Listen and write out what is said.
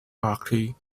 berkeley